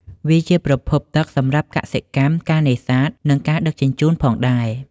វាជាប្រភពទឹកសម្រាប់កសិកម្ម ការនេសាទ និងការដឹកជញ្ជូនផងដែរ។